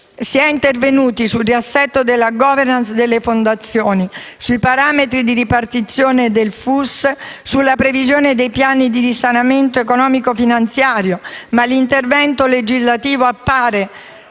Si è intervenuti sul riassetto della *governance* delle fondazioni, sui parametri di ripartizione del Fondo unico per lo spettacolo (FUS), sulla previsione dei piani di risanamento economico-finanziario, ma l'intervento legislativo appare